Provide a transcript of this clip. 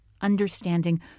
understanding